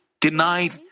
denied